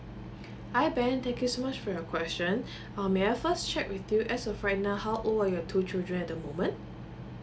hi ben thank you so much for your question uh may I first check with you as a friend uh how old are your two children at the moment